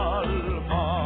alma